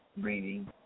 reading